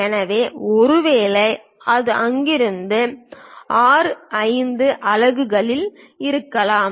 எனவே ஒருவேளை இது அங்கிருந்து R5 அலகுகளில் இருக்கலாம்